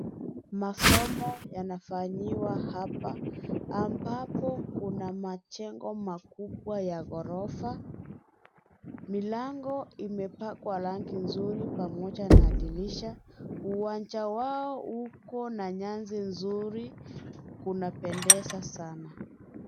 Masomo yanafanyiwa hapa, ambapo kuna majengo makubwa ya ghorofa. Milango imepakwa rangi nzuri pamoja na dirisha. Uwanja wao uko na nyasi nzuri. Kunapendeza sana.